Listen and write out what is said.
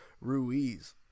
Ruiz